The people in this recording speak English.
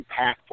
impactful